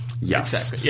Yes